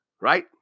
right